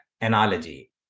analogy